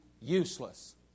useless